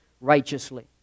righteously